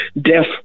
death